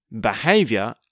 behavior